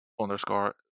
underscore